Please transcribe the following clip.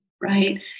right